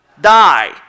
die